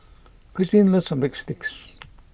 Christeen loves Breadsticks